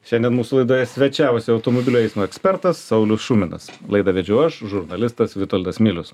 šiandien mūsų laidoje svečiavosi automobilių eismo ekspertas saulius šuminas laidą vedžiau aš žurnalistas vitoldas milius